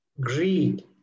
greed